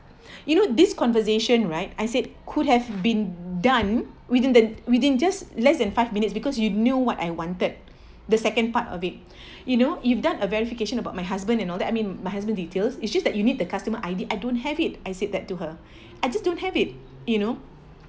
you know this conversation right I said could have been done within the within just less than five minutes because you knew what I wanted the second part of it you know you've done a verification about my husband and all that I mean my husband details is just that you need the customer I_D I don't have it I said that to her I just don't have it you know